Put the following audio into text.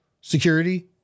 security